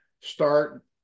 start